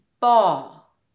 ball